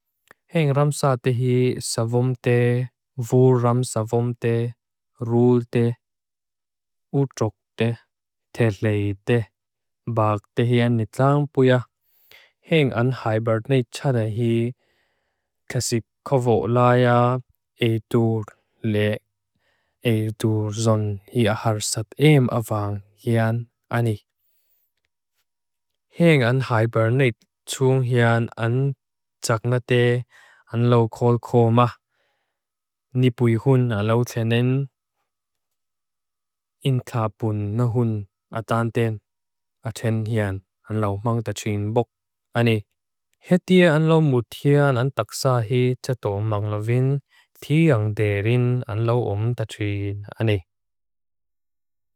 Heng ramsate hi savumte, vuur ramsavumte, ruulte, utrokte, teleite, bakte hi an itlaampuia. Heng an hibernate tsada hi kasikovot laia e dur le, e dur zon hi aharsap em avang hi an ani. Heng an hibernate tung hi an an tsaknate an lo kolko ma. Nipui hun an lo tenen inkapun na hun atanten, aten hi an an lo mangtatrin bok ani. Hetia an lo mutia an taksa hi tsato manglovin, tiang derin an lo omtatrin ani.